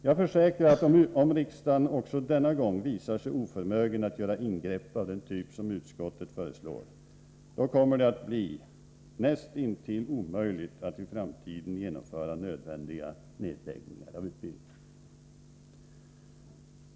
Jag försäkrar, att om riksdagen också denna gång visar sig oförmögen att göra ingrepp av den typ som utskottet nu föreslår, kommer det att bli näst intill omöjligt att i framtiden genomföra nödvändiga nedläggningar av utbildning.